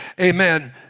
Amen